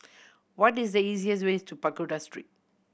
what is the easiest way to Pagoda Street